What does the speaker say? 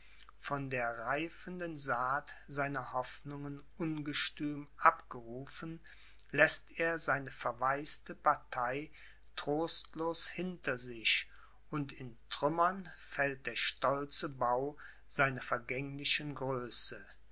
von der reifenden saat seiner hoffnungen ungestüm abgerufen läßt er seine verwaiste partei trostlos hinter sich und in trümmern fällt der stolze bau seiner vergänglichen